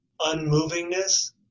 unmovingness